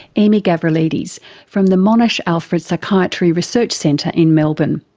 emmy gavrilides from the monash alfred psychiatry research centre in melbourne.